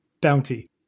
bounty